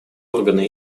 органы